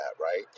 right